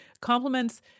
compliments